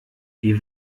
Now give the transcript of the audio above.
die